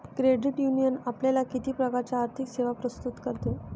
Credit union आपल्याला किती प्रकारच्या आर्थिक सेवा प्रस्तुत करते?